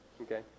okay